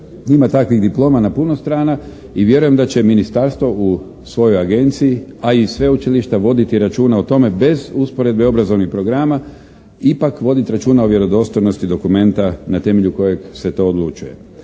Ima takvih diploma na puno strana i vjerujem da će ministarstvo u svojoj agenciji, a i sveučilišta voditi računa o tome bez usporedbe obrazovnih programa, ipak voditi računa o vjerodostojnosti dokumenta na temelju kojeg se to odlučuje.